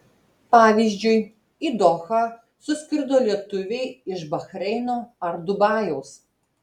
pavyzdžiui į dohą suskrido lietuviai iš bahreino ar dubajaus